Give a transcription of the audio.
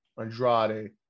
Andrade